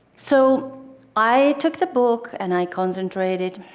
so i took the book and i concentrated,